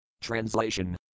Translation